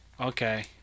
Okay